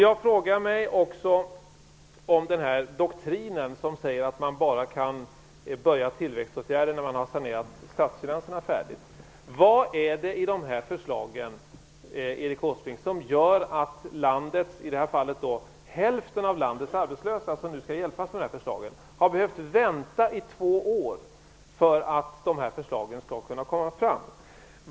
Jag har också frågor om den doktrin som säger att man bara kan börja med tillväxtåtgärder när man har sanerat statsfinanserna färdigt. Vad är det, Erik Åsbrink, som gör att hälften av landets arbetslösa, som nu skall hjälpas genom dessa förslag, har behövt vänta i två år på att förslagen skall kunna läggas fram?